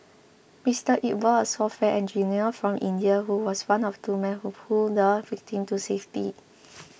Mister Iqbal a software engineer from India who was one of two men who pulled the victim to safety